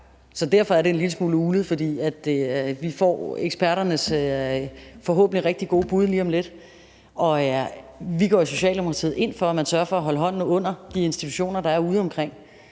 så derfor er det en lille smule uglet. Vi får eksperternes forhåbentlig rigtig gode bud lige om lidt, og vi går i Socialdemokratiet ind for, at man sørger for at holde hånden under de institutioner, der er udeomkring,